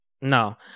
No